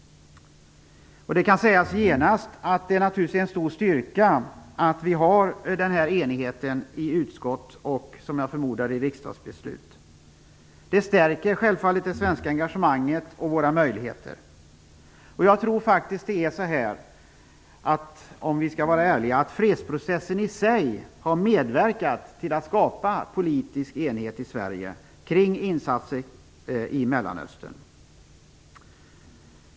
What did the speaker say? Det kan sägas genast att det är en stor styrka att vi har denna enighet i utskott och, som jag förmodar, i riksdagsbeslut. Det stärker självfallet det svenska engagemanget och våra möjligheter. Om vi skall vara ärliga tror jag att fredsprocessen i sig har medverkat till att skapa politisk enighet i Sverige kring insatser i Mellanöstern.